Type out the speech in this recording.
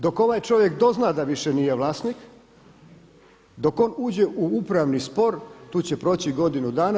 Dok ovaj čovjek dozna da više nije vlasnik, dok on uđe u upravni spor tu će proći godinu dana.